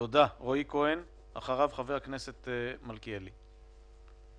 כי נכנסו לכאן כבר